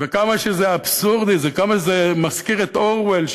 וכמה שזה אבסורדי וכמה שזה מזכיר את אורוול,